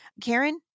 Karen